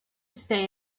stay